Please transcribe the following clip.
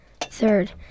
Third